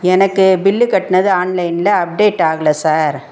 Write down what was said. எனக்கு பில்லு கட்டினது ஆன்லைனில் அப்டேட் ஆகலை சார்